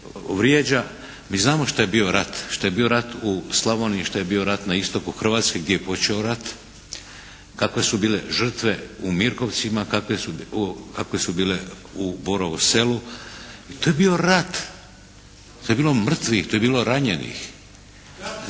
Mi znamo što je bio rat! Što je bio rat u Slavoniji, što je bio na istoku Hrvatske gdje je počeo rat, kakve su bile žrtve u Mirkovcima, kakve su bile u Borovom Selu. To je bio rat. To je bilo mrtvih, to je bilo ranjenih.